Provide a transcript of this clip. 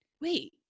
wait